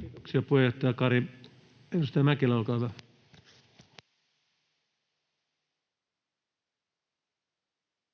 Kiitoksia, puheenjohtaja Kari. — Edustaja Mäkelä, olkaa hyvä.